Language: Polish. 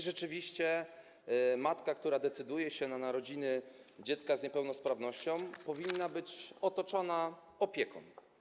Rzeczywiście matka, która decyduje się na narodziny dziecka z niepełnosprawnością, powinna być otoczona opieką.